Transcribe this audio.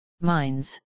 mines